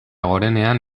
gorenean